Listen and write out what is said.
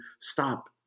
stop